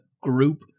group